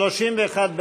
סעיפים 1 2 נתקבלו.